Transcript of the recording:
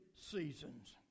seasons